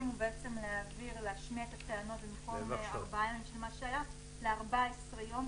הוא בעצם להשמיע את הטענות במקום מה שהיה ל-14 יום.